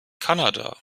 kanada